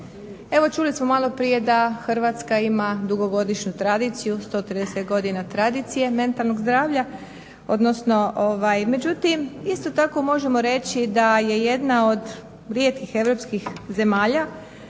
Evo čuli smo malo prije da Hrvatska ima dugogodišnju tradiciju, 130 godina tradicije mentalnog zdravlja. Međutim, isto tako možemo reći da je jedna od rijetkih europskih zemalja